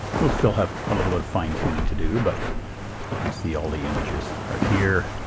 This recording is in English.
we'll still have a little bit of fine tuning to do but you can see all the images are here,